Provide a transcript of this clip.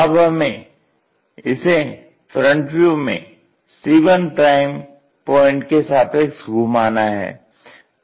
अब हमें इसे FV में cl पॉइन्ट के सापेक्ष घुमाना है